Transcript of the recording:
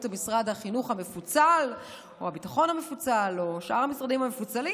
משרד החינוך המפוצל או הביטחון המפוצל או שאר המשרדים המפוצלים?